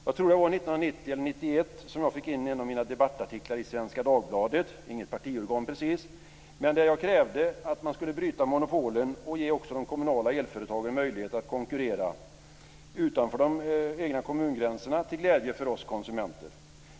Jag tror det var 1990 eller 1991 som jag fick in en av mina debattartiklar i Svenska Dagbladet - inget partiorgan precis - där jag krävde att man skulle bryta monopolen och ge också de kommunala elföretagen möjlighet att konkurrera utanför de egna kommungränserna till glädje för oss konsumenter.